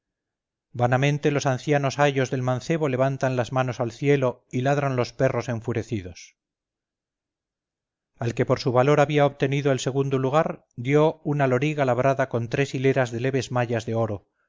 vanamente los ancianos ayos del mancebo levantan las manos al cielo y ladran los perros enfurecidos al que por su valor había obtenido el segundo lugar dio una loriga labrada con tres hileras de leves mallas de oro